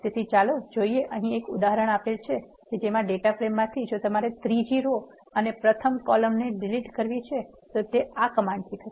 તેથીચાલો જોઈએ અહીં ઉદાહરણ આપેલ ડેટા ફ્રેમમાંથી જો તમારે ત્રીજી રો અને પ્રથમ કોલમ ને ડિલીટ કરવી છે તે આ કમાન્ડથી થાય